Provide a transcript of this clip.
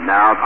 Now